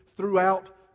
throughout